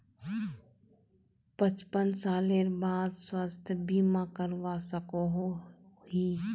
पचपन सालेर बाद स्वास्थ्य बीमा करवा सकोहो ही?